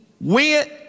went